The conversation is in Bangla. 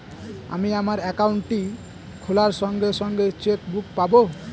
আমি আমার একাউন্টটি খোলার সঙ্গে সঙ্গে চেক বুক পাবো?